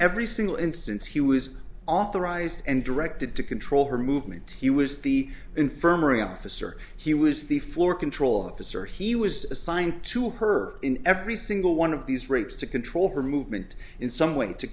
every single instance he was authorized and directed to control her movement he was the infirmary officer he was the floor control officer he was assigned to her in every single one of these routes to control her movement in some way